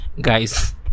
guys